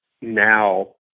now